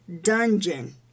dungeon